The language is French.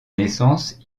naissance